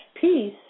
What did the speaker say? peace